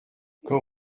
quand